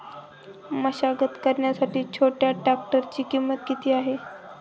मशागत करण्यासाठी छोट्या ट्रॅक्टरची किंमत किती आहे?